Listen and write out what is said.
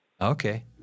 Okay